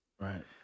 Right